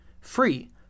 free